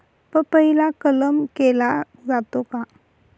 पपईला कलम केला जातो का?